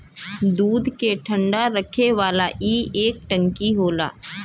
दूध के ठंडा रखे वाला ई एक टंकी होला